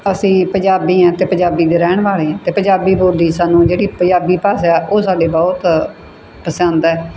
ਅਸੀਂ ਪੰਜਾਬੀ ਹਾਂ ਅਤੇ ਪੰਜਾਬ ਦੇ ਰਹਿਣ ਵਾਲੇ ਹਾਂ ਅਤੇ ਪੰਜਾਬੀ ਬੋਲੀ ਸਾਨੂੰ ਜਿਹੜੀ ਪੰਜਾਬੀ ਭਾਸ਼ਾ ਉਹ ਸਾਡੇ ਬਹੁਤ ਪਸੰਦ ਹੈ